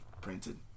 printed